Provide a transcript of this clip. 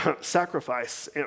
sacrifice